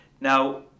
Now